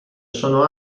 sono